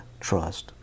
trust